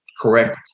correct